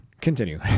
continue